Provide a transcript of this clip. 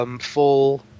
Full